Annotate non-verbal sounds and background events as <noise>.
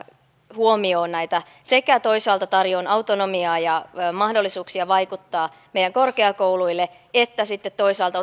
huomioon näitä sekä toisaalta tarjoamaan autonomiaa ja mahdollisuuksia meidän korkeakouluille vaikuttaa että sitten toisaalta <unintelligible>